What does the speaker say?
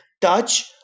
touch